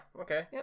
okay